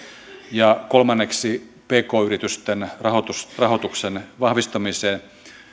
ja kolmanneksi pk yritysten rahoituksen vahvistamiseen